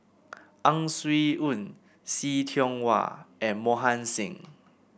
Ang Swee Aun See Tiong Wah and Mohan Singh